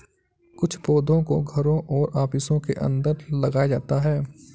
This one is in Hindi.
कुछ पौधों को घरों और ऑफिसों के अंदर लगाया जाता है